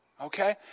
okay